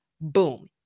Boom